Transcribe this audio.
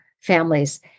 families